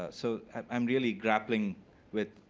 ah so i'm really grappling with,